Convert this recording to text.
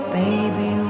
baby